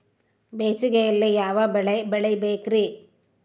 ಬೇಸಿಗೆಯಲ್ಲಿ ಯಾವ ಬೆಳೆ ಬೆಳಿಬೇಕ್ರಿ?